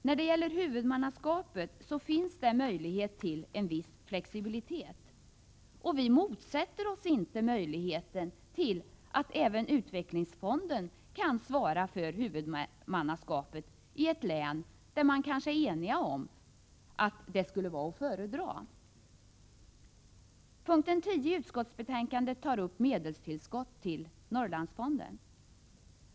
När det gäller huvudmannaskapet finns det möjlighet till en viss flexibilitet, och vi motsätter oss inte möjligheten till att även utvecklingsfonden kan svara för huvudmannaskapet i ett län där man kanske är enig om att det skulle vara att föredra. Punkten 10 i utskottsbetänkandet tar upp medelstillskott till Norrlandsfonden.